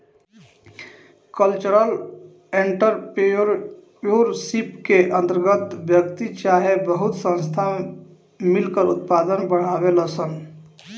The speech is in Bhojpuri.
कल्चरल एंटरप्रेन्योरशिप के अंतर्गत व्यक्ति चाहे बहुत सब संस्थान मिलकर उत्पाद बढ़ावेलन सन